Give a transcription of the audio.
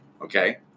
Okay